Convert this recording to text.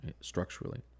structurally